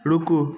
रूकू